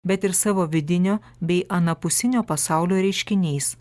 bet ir savo vidinio bei anapusinio pasaulio reiškiniais